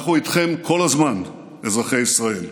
אנחנו איתכם כל הזמן, אזרחי ישראל,